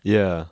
ya